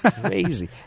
crazy